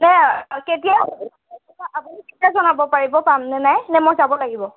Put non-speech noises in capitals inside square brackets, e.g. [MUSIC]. [UNINTELLIGIBLE] কেতিয়া আপুনি কেতিয়া জনাব পাৰিব পামনে নাই নে মই যাব লাগিব